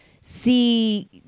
see